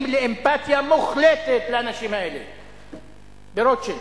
לאמפתיה מוחלטת לאנשים האלה ברוטשילד,